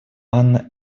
анна